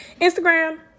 Instagram